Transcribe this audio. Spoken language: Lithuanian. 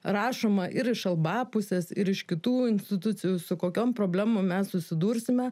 rašoma ir iš albapusės ir iš kitų institucijų su kokiom problemom mes susidursime